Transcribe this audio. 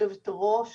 יושבת הראש